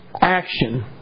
action